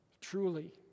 truly